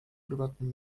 prywatnym